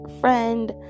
friend